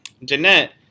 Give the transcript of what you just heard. Jeanette